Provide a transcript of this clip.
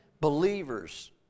believers